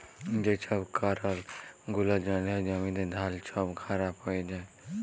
যে ছব কারল গুলার জ্যনহে জ্যমিতে ধাল ছব খারাপ হঁয়ে যায়